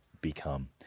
become